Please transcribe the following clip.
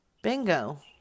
Bingo